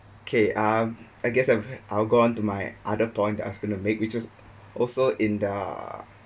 okay uh I guess I've I'll go on to my other point going to make which is also in the